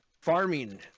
Farming